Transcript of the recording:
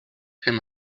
him